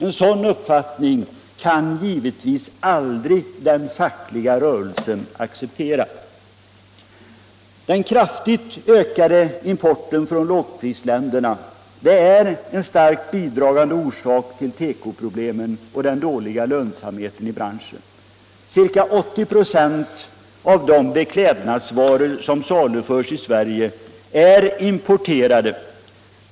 En sådan uppfattning kan den fackliga rörelsen givetvis aldrig acceptera. Den ökade importen från lågprisländerna är en starkt bidragande orsak till tekoproblemen och den dåliga lönsamheten i branschen. Cirka 80 92 av de beklädnadsvaror som saluförs i Sverige är importerade.